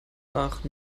nach